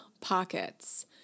pockets